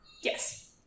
Yes